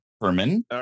Herman